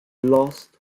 lost